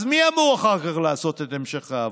אז מי אמור אחר כך לעשות את המשך העבודה?